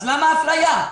אז למה האפליה?